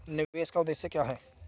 निवेश का उद्देश्य क्या है?